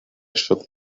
shook